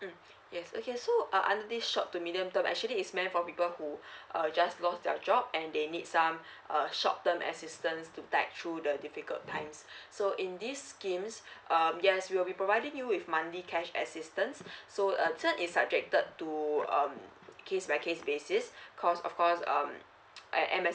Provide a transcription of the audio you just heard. um yes okay so under this short to medium term actually it's meant for people who uh just lost their job and they need some um short term assistance to back through the difficult times so in this schemes um yes we'll be providing you with monthly cash assistance so a is subjected to um case by case basis cause of course um at m s